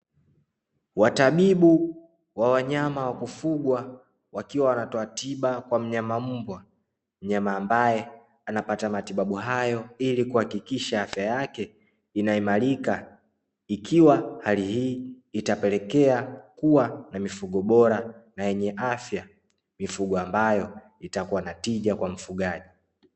Watabibu wa wanyama wa kufugwa wakiwa wanatoa tiba kwa mnyama mbwa, mnyama ambae anapata matibabu hayo ili kuhakikisha afya yake inaimarika, ikiwa hali hii itapelekea kuwa na mifugo bora na yenye afya, mifugo ambayo itakua na tija kwa mfugaji.